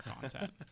content